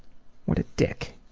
what a dick!